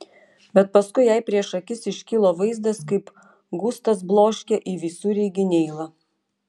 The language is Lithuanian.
bet paskui jai prieš akis iškilo vaizdas kaip gustas bloškia į visureigį neilą